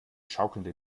schaukelnde